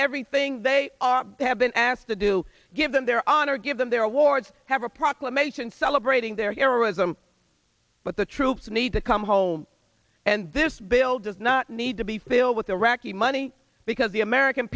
everything they are have been asked to do give them their honor give them their awards have a proclamation celebrating their heroism but the troops need to come home and this bill does not need to be filled with iraqi money because the american